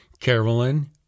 Carolyn